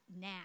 now